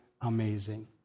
amazing